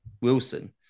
Wilson